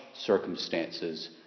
circumstances